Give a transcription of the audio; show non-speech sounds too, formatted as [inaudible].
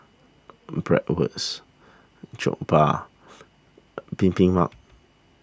Bratwurst Jokbal [noise] Bibimbap